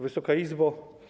Wysoka Izbo!